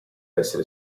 essere